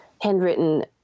handwritten